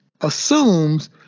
assumes